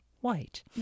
white